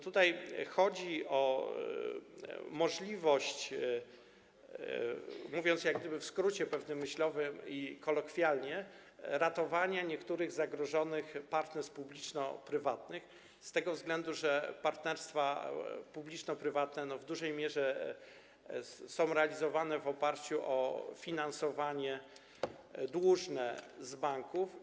Tutaj chodzi o możliwość - stosuję pewien skrót myślowy i mówię kolokwialnie - ratowania niektórych zagrożonych partnerstw publiczno-prywatnych z tego względu, że partnerstwa publiczno-prywatne w dużej mierze są realizowane w oparciu o finansowanie dłużne z banków.